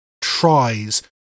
tries